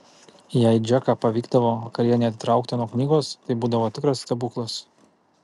jei džeką pavykdavo vakarienei atitraukti nuo knygos tai būdavo tikras stebuklas